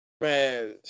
Man